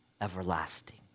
everlasting